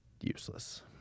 useless